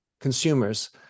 consumers